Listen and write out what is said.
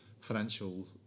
financial